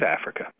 Africa